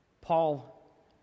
Paul